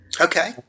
Okay